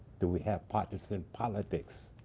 do we have partisan politics?